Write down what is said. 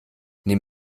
nimm